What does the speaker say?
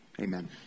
Amen